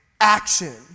action